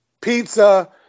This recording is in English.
pizza